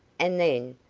and then,